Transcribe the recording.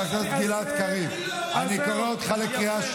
לא, אני לא עורך דינו.